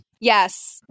yes